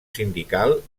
sindical